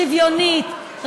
שוויונית,